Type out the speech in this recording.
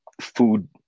food